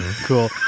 cool